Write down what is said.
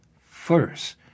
first